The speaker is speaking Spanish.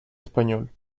español